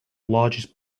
largest